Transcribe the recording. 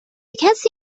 کسی